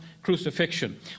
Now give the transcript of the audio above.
Crucifixion